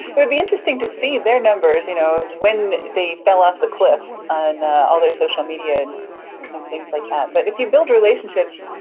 it would be interesting to see their numbers, y'know, you know when they fell off the cliff on all their social media and, and things like that but if you build relationships,